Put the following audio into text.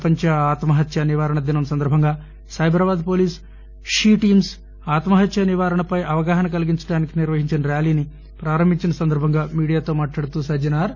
ప్రపంచ ఆత్మహత్య నివారణ దినం సందర్బంగా సైబరాబాద్ ఏోలీసు షీ టీమ్స్ ఆత్మహత్య నివరాణపై అవగాహన కలిగించడానికి నిర్వహించిన ర్యాలీని ప్రారంభించిన సందర్భంగా మీడియాతో మాట్లాడుతూ సజ్ఞనార్